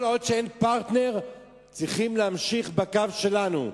כל עוד אין פרטנר, צריך להמשיך בקו שלנו.